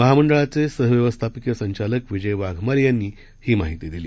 महामंडळाचेसह व्यवस्थापकीयसंचालकविजयवाघमारेयांनीहीमाहितीदिली